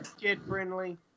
kid-friendly